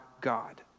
God